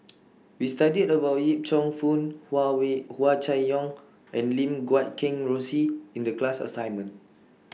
We studied about Yip Cheong Fun Huawei Hua Chai Yong and Lim Guat Kheng Rosie in The class assignment